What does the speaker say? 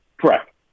Correct